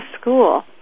school